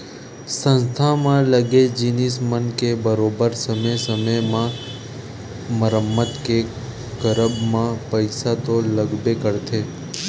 संस्था म लगे जिनिस मन के बरोबर समे समे म मरम्मत के करब म पइसा तो लगबे करथे